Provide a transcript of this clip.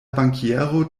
bankiero